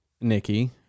nikki